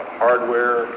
hardware